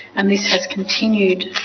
and this has continued